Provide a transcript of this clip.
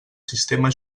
sistema